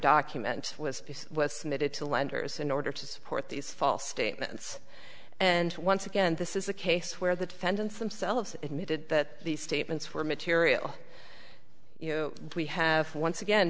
document was submitted to lenders in order to support these false statements and once again this is a case where the defendants themselves admitted that these statements were material we have once again